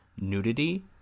nudity